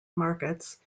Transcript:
markets